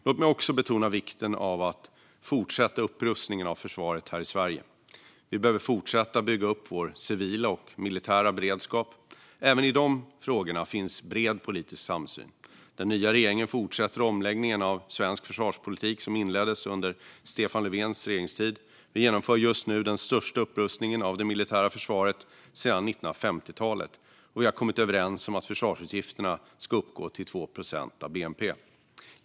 Låt mig också betona vikten av att fortsätta upprustningen av försvaret här i Sverige. Vi behöver fortsätta bygga upp vår civila och militära beredskap. Även i dessa frågor finns bred politisk samsyn. Den nya regeringen fortsätter den omläggning av svensk försvarspolitik som inleddes under Stefan Löfvens regeringstid. Vi genomför just nu den största upprustningen av det militära försvaret sedan 1950-talet, och vi har kommit överens om att försvarsutgifterna ska uppgå till 2 procent av bnp.